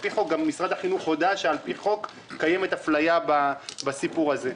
גם משרד החינוך הודה שקיימת אפליה בסיפור הזה.